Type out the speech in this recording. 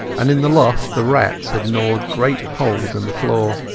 and in the loft the rats had gnawed great holes in the floor.